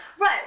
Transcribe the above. Right